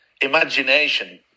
imagination